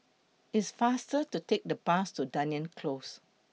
IT IS faster to Take The Bus to Dunearn Close